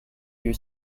your